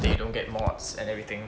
that you don't get mods and everything